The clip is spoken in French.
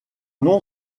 nom